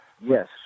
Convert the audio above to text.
yes